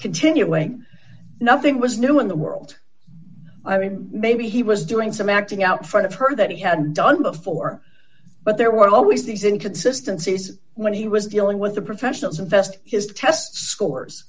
continuing nothing was new in the world i mean maybe he was doing some acting out front of her that he had done before but there were always these inconsistency is when he was dealing with the professionals invest his test scores